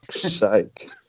sake